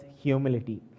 humility